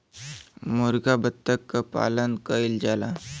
मुरगा बत्तख क पालन कइल जाला